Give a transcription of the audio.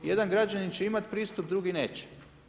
Jedan građanin će imati pristup, drugi neće.